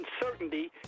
uncertainty